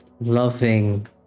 loving